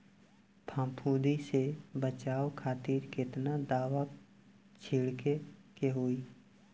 फाफूंदी से बचाव खातिर केतना दावा छीड़के के होई?